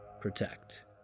protect